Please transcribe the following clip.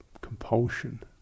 compulsion